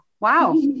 Wow